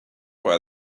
why